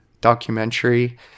documentary